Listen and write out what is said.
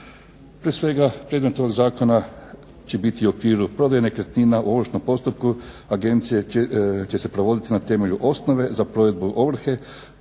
Prije svega predmet ovog zakona će biti u okviru prodaje nekretnina u ovršnom postupku agencije će se provoditi na temelju osnove za provedbu ovrhe